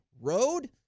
road